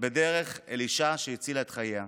בדרך אל אישה שהצילה את חייה.